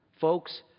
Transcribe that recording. Folks